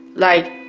like,